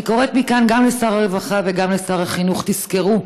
אני קוראת מכאן גם לשר הרווחה וגם לשר החינוך: תזכרו,